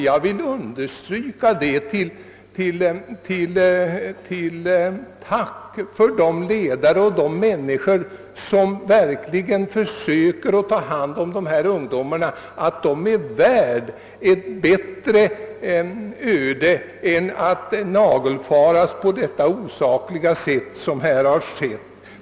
Jag vill understryka att de ledare och andra som verkligen försöker att ta hand om dessa ungdomar är värda ett bättre öde än att nagelfaras på detta osakliga sätt.